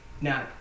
Now